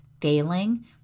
Failing